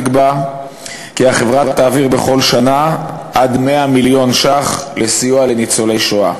נקבע כי החברה תעביר בכל שנה עד 100 מיליון ש"ח לסיוע לניצולי שואה.